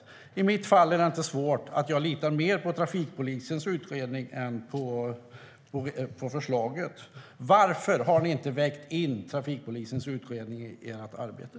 För mig är det inte svårt att välja. Jag litar mer på trafikpolisens utredning än på förslaget. Varför har ni inte vägt in trafikpolisens utredning i ert arbete?